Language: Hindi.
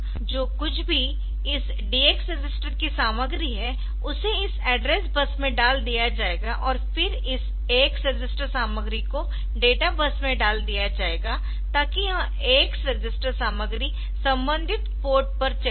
जो कुछ भी इस DX रजिस्टर की सामग्री है उसे इस एड्रेस बस में डाल दिया जाता है और फिर इस AX रजिस्टर सामग्री को डेटा बस में डाल दिया जाएगा ताकि यह AX रजिस्टर सामग्री संबंधित पोर्ट पर चली जाए